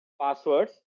passwords